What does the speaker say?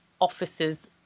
officers